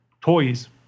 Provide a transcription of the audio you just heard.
toys